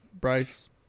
Bryce